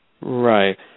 Right